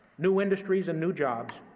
new industries and new jobs,